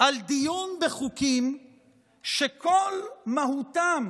על דיון בחוקים שכל מהותם